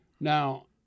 Now